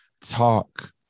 talk